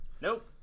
Nope